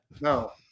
No